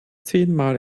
zehnmal